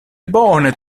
bone